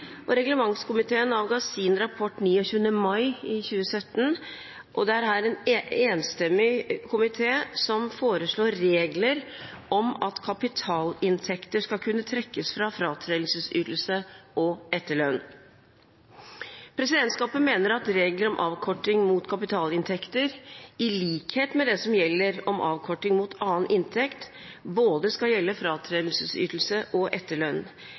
og reglementskomiteen avga sin rapport 29. mai 2017. Det er en enstemmig komité som foreslår regler om at kapitalinntekter skal kunne trekkes fra fratredelsesytelse og etterlønn. Presidentskapet mener at regler om avkorting mot kapitalinntekter, i likhet med det som gjelder om avkorting mot annen inntekt, skal gjelde både fratredelsesytelse og etterlønn.